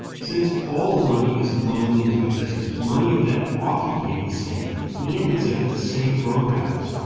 since all money is loaned into existence, money and debt ought to behave the same and exhibit the same growth patterns,